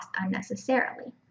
unnecessarily